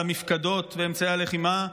על המפקדות ואמצעי הלחימה,